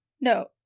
No